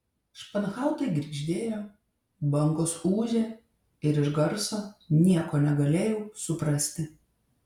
španhautai girgždėjo bangos ūžė ir iš garso nieko negalėjau suprasti